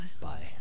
Bye